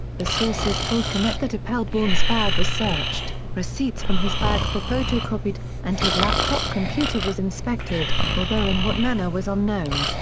the sources told cnet that appelbaum's bag was searched, receipts from his bag were photocopied, and his laptop computer was inspected, although in what manner was unknown.